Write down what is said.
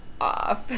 off